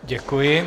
Děkuji.